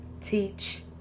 teach